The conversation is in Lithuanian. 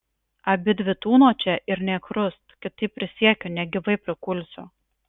abidvi tūnot čia ir nė krust kitaip prisiekiu negyvai prikulsiu